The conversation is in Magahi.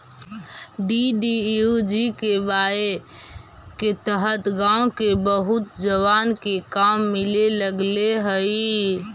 डी.डी.यू.जी.के.वाए के तहत गाँव के बहुत जवान के काम मिले लगले हई